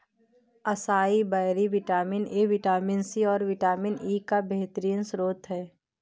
acai berry vitamin A, vitamin C, और vitamin E का बेहतरीन स्त्रोत है